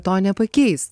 to nepakeis